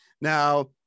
Now